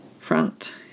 front